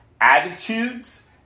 attitudes